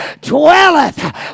dwelleth